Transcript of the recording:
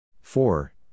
Four